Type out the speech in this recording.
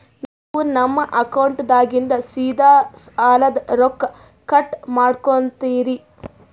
ನೀವು ನಮ್ಮ ಅಕೌಂಟದಾಗಿಂದ ಸೀದಾ ಸಾಲದ ರೊಕ್ಕ ಕಟ್ ಮಾಡ್ಕೋತೀರಿ?